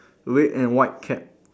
red and white cap